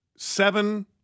Seven